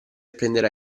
prenderà